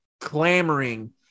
clamoring